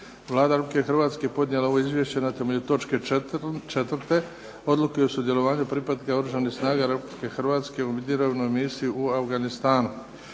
Vlada Republike Hrvatske je podnijela ovo izvješće na temelju točke 4. Odluke o sudjelovanju pripadnika Oružanih snaga Republike Hrvatske u mirovnoj misiji u Afganistanu.